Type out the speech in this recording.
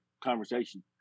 conversation